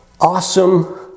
awesome